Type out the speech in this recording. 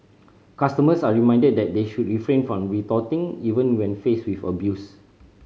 customers are reminded that they should refrain from retorting even when faced with abuse